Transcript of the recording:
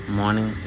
morning